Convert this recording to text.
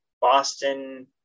Boston